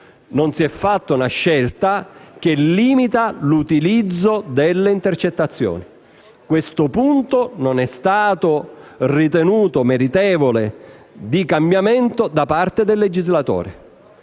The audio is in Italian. non si è fatta una scelta volta a limitare l'utilizzo delle intercettazioni. Questo punto non è stato ritenuto meritevole di cambiamento da parte del legislatore.